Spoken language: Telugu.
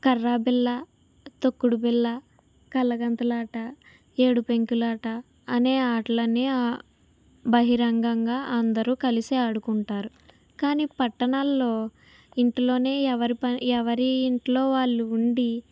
కర్ర బిళ్ళ తొక్కుడు బిల్ల కళ్ళగంతలు ఆట ఏడు పెంకులాట అనే ఆటలన్నీ బహిరంగంగా అందరూ కలిసి ఆడుకుంటారు కానీ పట్టణాల్లో ఇంటిలోనే ఎవరి పని ఎవరింట్లో వాళ్ళు ఉండి